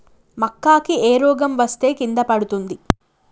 మక్కా కి ఏ రోగం వస్తే కింద పడుతుంది?